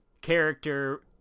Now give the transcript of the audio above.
character